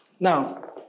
Now